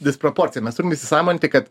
disproporciją mes turim įsisąmonint kad